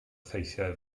ffeithiau